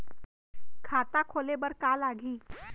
खाता खोले बार का का लागही?